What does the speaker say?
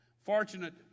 Fortunate